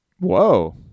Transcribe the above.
Whoa